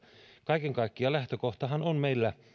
kaiken kaikkiaan lähtökohtahan on meillä